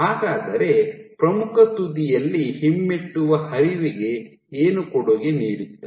ಹಾಗಾದರೆ ಪ್ರಮುಖ ತುದಿಯಲ್ಲಿ ಹಿಮ್ಮೆಟ್ಟುವ ಹರಿವಿಗೆ ಏನು ಕೊಡುಗೆ ನೀಡುತ್ತದೆ